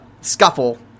scuffle